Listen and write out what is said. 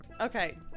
okay